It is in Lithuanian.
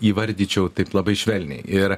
įvardyčiau taip labai švelniai ir